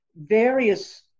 various